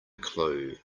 clue